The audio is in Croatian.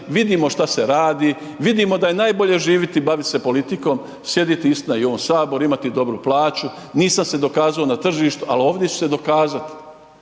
vidimo šta se radi, vidimo da je nabolje živiti i bavit se politikom, sjedit istina i u ovom Saboru, imati dobru plaću, nisam se dokazao na tržištu ali ovdje ću se dokazat.